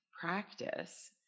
practice